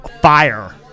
fire